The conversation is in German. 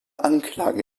anklage